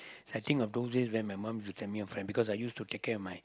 I think of those days where my mum is the family or friends because I used to take care of my